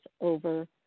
over